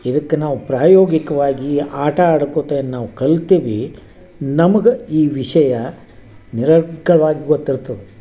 ಇದಕ್ಕೆ ನಾವು ಪ್ರಾಯೋಗಿಕವಾಗಿ ಆಟ ಆಡ್ಕೊತ ಏನು ನಾವು ಕಲ್ತಿವಿ ನಮ್ಗೆ ಈ ವಿಷಯ ನಿರರ್ಗಳ್ವಾಗಿ ಗೊತ್ತಿರ್ತದೆ